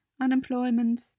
unemployment